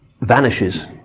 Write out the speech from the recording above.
vanishes